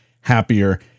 happier